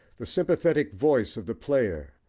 the sympathetic voice of the player,